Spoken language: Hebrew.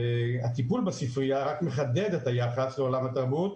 הטיפול בספרייה רק מחדד את היחס לעולם התרבות,